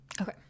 Okay